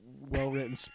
well-written